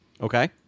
Okay